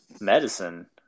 Medicine